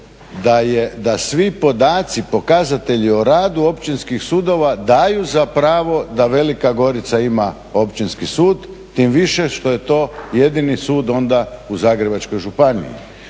da svi podaci, pokazatelji o radu općinskih sudova daju za pravo da Velika Gorica ima Općinski sud tim više što je to jedini sud onda u Zagrebačkoj županiji.